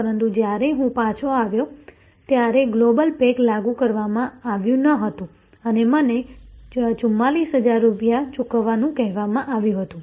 પરંતુ જ્યારે હું પાછો આવ્યો ત્યારે ગ્લોબલ પેક લાગુ કરવામાં આવ્યું ન હતું અને મને 44000 રૂપિયા ચૂકવવાનું કહેવામાં આવ્યું હતું